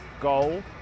goal